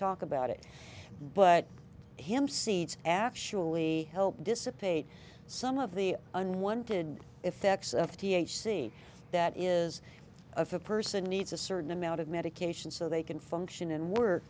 talk about it but him seeds actually help dissipate some of the unwanted effects of t h c that is of a person needs a certain amount of medication so they can function and w